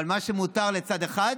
אבל מה שמותר לצד אחד